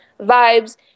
vibes